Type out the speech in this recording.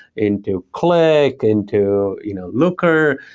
into click, into you know looker,